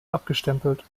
abgestempelt